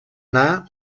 anar